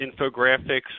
infographics